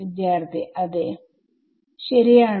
വിദ്യാർത്ഥി അതെ ശരിയാണ്